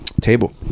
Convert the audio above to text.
Table